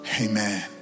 Amen